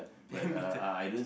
ten metre